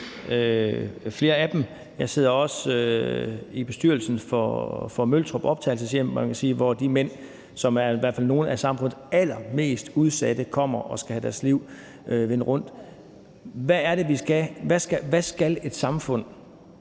flere af dem, og jeg sidder også i bestyrelsen for Møltrup Optagelseshjem, hvor man kan sige, at de mænd, som i hvert fald er nogle af samfundets allermest udsatte, kommer og skal have deres liv vendt rundt. Hvad skal et samfund,